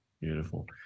Beautiful